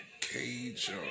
Cage